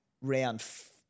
round